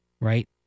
right